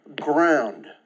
ground